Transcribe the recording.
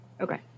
okay